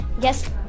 Yes